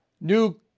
New